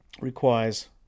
requires